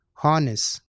harness